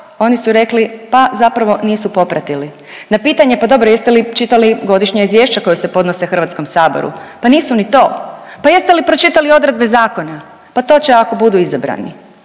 oni su rekli pa zapravo nisu popratili. Na pitanje, pa dobro jeste li čitali godišnja izvješća koja se podnose HS-u, pa nisu ni to, pa jeste li pročitali odredbe zakona, pa to će ako budu izabrani.